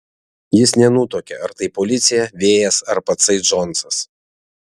jis nenutuokė ar tai policija vėjas ar patsai džonsas